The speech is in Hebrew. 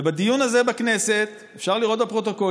ובדיון הזה בכנסת, אפשר לראות את הפרוטוקולים,